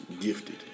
Gifted